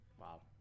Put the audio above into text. Wow